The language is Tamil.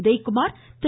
உதயகுமார் திரு